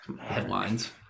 Headlines